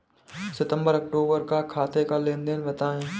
सितंबर अक्तूबर का खाते का लेनदेन बताएं